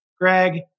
Greg